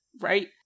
right